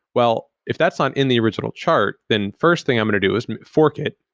well, if that's not in the original chart, then first thing i'm going to do is fork it.